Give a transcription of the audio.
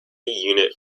unit